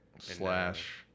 Slash